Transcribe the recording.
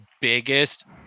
biggest